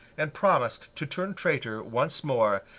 and promised to turn traitor once more,